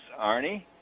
Arnie